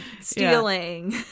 stealing